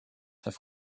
have